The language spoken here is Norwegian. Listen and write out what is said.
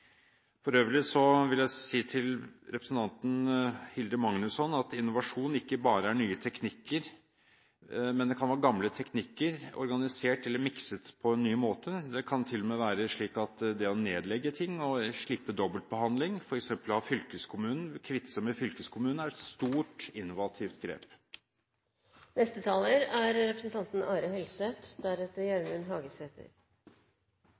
For øvrig vil jeg si til representanten Hilde Magnusson at innovasjon ikke bare er nye teknikker, det kan være gamle teknikker organisert eller mikset på en ny måte. Det kan til og med være slik at det å nedlegge ting og slippe dobbeltbehandling av f.eks. fylkeskommunen – kvitte seg med fylkeskommunen – er et stort, innovativt